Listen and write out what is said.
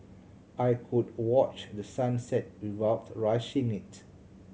I could watch the sun set without rushing it